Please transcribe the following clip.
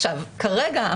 כרגע,